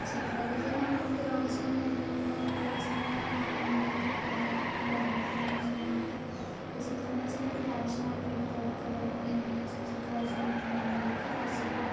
ചിത്രരചന ആളുകൾക്ക് രോഗശാന്തി നൽകുന്നോ പ്രയോജനകരമാവുന്നുണ്ടോ എന്നൊക്കേ ഞാൻ കരുതുന്നുണ്ടോന്ന് ചോദിച്ചിട്ടുണ്ടെങ്കിൽ ഇപ്പോൾ ചിത്രരചന ഒരു പാഷനാക്കി എടുത്തോർക്ക് അതായത് ചിത്രോക്കെ വരച്ചോണ്ടിരിക്കുമ്പോൾ എന്തെങ്കിലുമൊക്കെ ഒരസുഖമോ